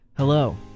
Hello